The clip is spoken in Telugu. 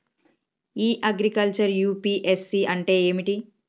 ఇ అగ్రికల్చర్ యూ.పి.ఎస్.సి అంటే ఏమిటి?